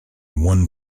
one